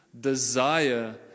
desire